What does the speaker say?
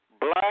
black